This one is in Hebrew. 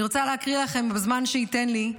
אני רוצה להקריא לכם, בזמן שיהיה לי,